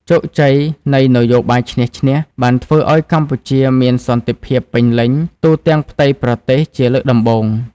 ជោគជ័យនៃ «នយោបាយឈ្នះ-ឈ្នះ» បានធ្វើឱ្យកម្ពុជាមានសន្តិភាពពេញលេញទូទាំងផ្ទៃប្រទេសជាលើកដំបូង។